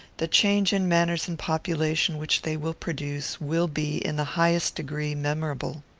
the change in manners and population which they will produce, will be, in the highest degree, memorable.